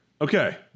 Okay